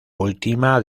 última